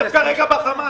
הכסף כרגע בחמ"ת.